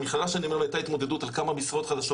במכללה שאני עובד הייתה התמודדות על כמה משרות חדשות.